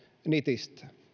nitistää